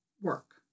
work